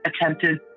attempted